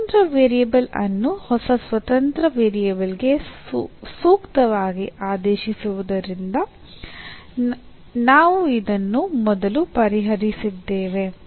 ಈ ಸ್ವತಂತ್ರ ವೇರಿಯೇಬಲ್ ಅನ್ನು ಹೊಸ ಸ್ವತಂತ್ರ ವೇರಿಯೇಬಲ್ಗೆ ಸೂಕ್ತವಾಗಿ ಆದೇಶಿಸುವುದುರಿಂದ ನಾವು ಇದನ್ನು ಮೊದಲು ಪರಿಹರಿಸಿದ್ದೇವೆ